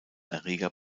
erreger